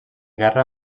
guerra